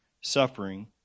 suffering